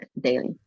daily